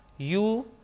you,